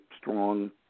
strong